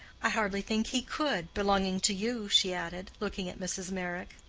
i hardly think he could, belonging to you, she added, looking at mrs. meyrick.